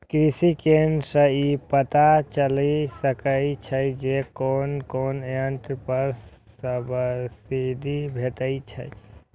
कृषि केंद्र सं ई पता चलि सकै छै जे कोन कोन यंत्र पर सब्सिडी भेटै छै